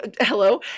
Hello